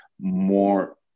more